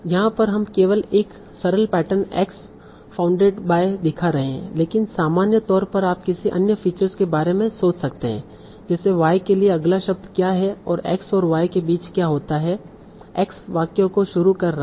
यहाँ पर हम केवल एक सरल पैटर्न X फाउंडेड बाय दिखा रहे हैं लेकिन सामान्य तौर पर आप किसी अन्य फीचर के बारे में सोच सकते हैं जैसे Y के लिए अगला शब्द क्या है और X और Y के बीच क्या होता है X वाक्य को शुरू कर रहा है